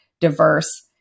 diverse